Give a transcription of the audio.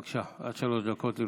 בבקשה, עד שלוש דקות לרשותך.